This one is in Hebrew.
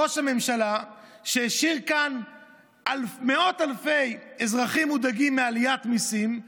ראש הממשלה השאיר כאן מאות אלפי אזרחים מודאגים מעליית מיסים,